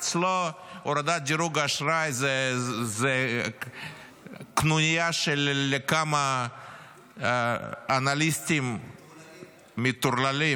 אצלו הורדת דירוג האשראי היא קנוניה של כמה אנליסטים -- מטורללים.